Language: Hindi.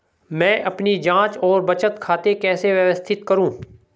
मैं अपनी जांच और बचत खाते कैसे व्यवस्थित करूँ?